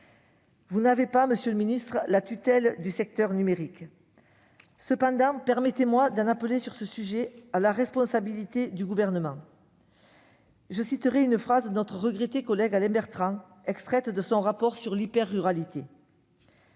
vous n'ayez pas la tutelle du secteur numérique, permettez-moi d'en appeler, sur ce sujet, à la responsabilité du Gouvernement. Je citerai une phrase de notre regretté collègue Alain Bertrand, extraite de son rapport sur l'hyper-ruralité